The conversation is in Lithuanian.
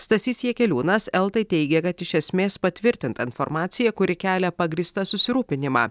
stasys jakeliūnas eltai teigė kad iš esmės patvirtinta informacija kuri kelia pagrįstą susirūpinimą